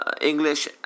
english